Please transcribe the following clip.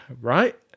right